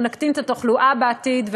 ונקטין את התחלואה בעתיד,